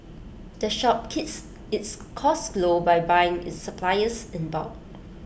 the shop keeps its costs low by buying its supplies in bulk